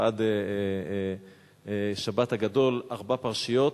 ועד שבת הגדול ארבע פרשיות,